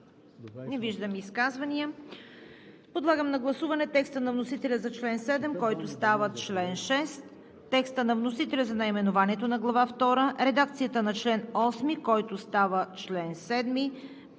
Не виждам. Подлагам на гласуване: текста на вносителя за чл. 7, който става чл. 6; текста на вносителя за наименованието на Глава втора; редакцията на чл. 8, който става чл. 7